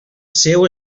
seu